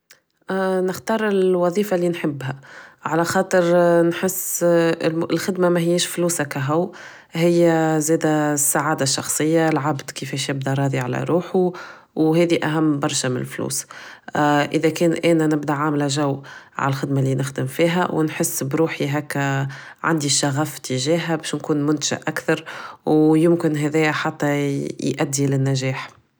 نختار الوظيفة اللي نحبها على خاطر نحس الخدمة مش فلوس اكاهو هي زادة السعادة الشخصية العبد كيفاش يبدا راضي على روحو و هادي اهم برشا من الفلوس اذا كان انا نبدا عاملة جو عل خدمة اللي نخدم فيها و نحس بروحي هكا عندي الشغف اتجاها بش نكون منتجة اكثر و يمكن هدايا حتى يأدي للنجاح